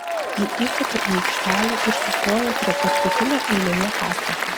ji įsuka į aikštelę ir sustoja prie paskutinio eilėje pastato